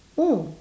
mm